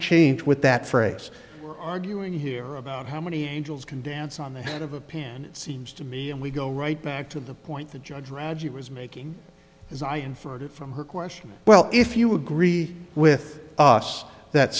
change with that phrase arguing here about how many angels can dance on the edge of a pan it seems to me and we go right back to the point the judge reggie was making as i inferred from her question well if you agree with us that